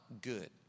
good